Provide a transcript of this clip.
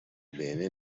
bene